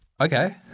Okay